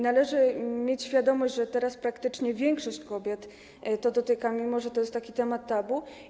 Należy mieć świadomość, że teraz praktycznie większość kobiet to dotyka, mimo że to jest temat tabu.